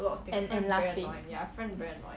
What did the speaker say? and and laughing